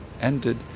ended